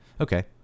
Okay